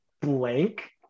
blank